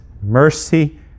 mercy